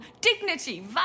dignity